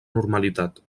normalitat